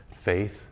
faith